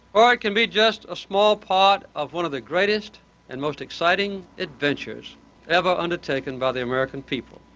or it can be just a small part of one of the greatest and most exciting adventures ever undertaken by the american people.